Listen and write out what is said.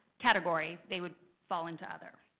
category, they would fall into other.